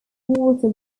walter